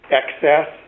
excess